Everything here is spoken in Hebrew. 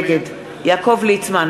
נגד יעקב ליצמן,